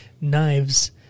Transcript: knives